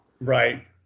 right